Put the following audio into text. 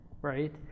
right